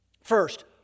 First